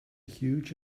huge